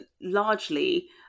largely